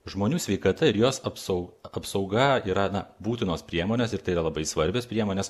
žmonių sveikata ir jos apsau apsauga yra na būtinos priemonės ir tai yra labai svarbios priemonės